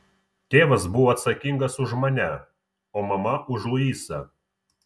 tėvas buvo atsakingas už mane o mama už luisą